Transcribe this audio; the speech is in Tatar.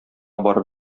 барып